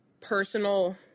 personal